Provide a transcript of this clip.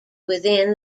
within